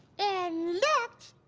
and looked.